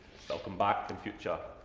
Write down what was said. i'll come back in future,